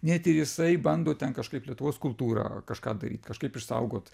net ir jisai bando ten kažkaip lietuvos kultūrą kažką daryt kažkaip išsaugot